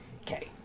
Okay